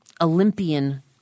Olympian